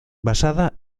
basada